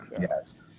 yes